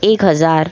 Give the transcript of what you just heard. एक हजार